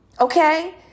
Okay